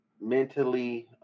mentally